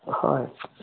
হয়